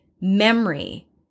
memory